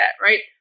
right